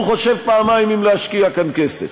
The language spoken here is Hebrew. הוא חושב פעמיים אם להשקיע כאן כסף.